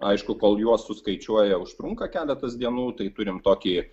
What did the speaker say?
aišku kol juos suskaičiuoja užtrunka keletas dienų tai turim tokį